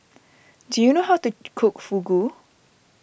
do you know how to cook Fugu